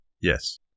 Yes